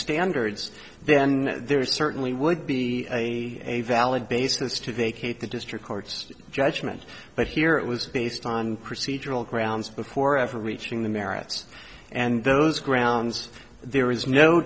standards then there is certainly would be a valid basis to vacate the district court's judgment but here it was based on procedural grounds before ever reaching the merits and those grounds there is no